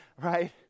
Right